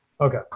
Okay